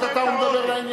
לעת עתה הוא מדבר לעניין.